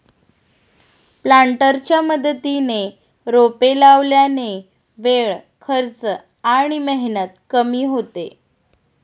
प्लांटरच्या मदतीने रोपे लावल्याने वेळ, खर्च आणि मेहनत कमी होते